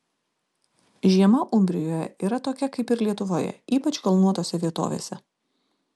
žiema umbrijoje yra tokia kaip ir lietuvoje ypač kalnuotose vietovėse